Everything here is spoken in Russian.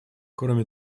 кроме